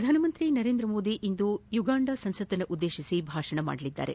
ಪ್ರಧಾನಮಂತ್ರಿ ನರೇಂದ್ರಮೋದಿ ಇಂದು ಉಗಾಂಡ ಸಂಸತ್ತನ್ನು ಉದ್ಲೇತಿಸಿ ಭಾಷಣ ಮಾಡಲಿದ್ದಾರೆ